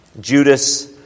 Judas